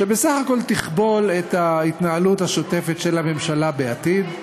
שבסך הכול תכבול את ההתנהלות השוטפת של הממשלה בעתיד.